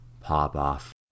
Popoff